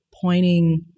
pointing